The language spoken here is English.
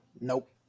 Nope